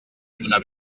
lluna